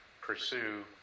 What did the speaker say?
pursue